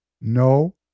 No